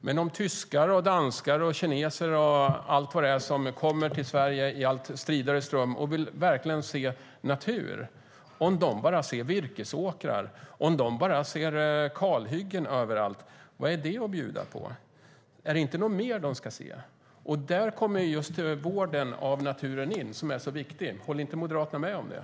Men de tyskar, danskar, kineser och alla andra som kommer till Sverige i en allt stridare ström och verkligen vill se natur, om de bara ser virkesåkrar, om de bara ser kalhyggen överallt, vad är det att bjuda på? Är det inte något mer de ska se? Där kommer just vården av naturen in som är så viktig. Håller inte Moderaterna med om det?